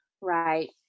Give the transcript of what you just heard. right